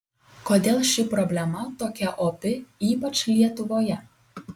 kodėl ši problema tokia opi ypač lietuvoje